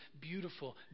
beautiful